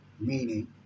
Meaning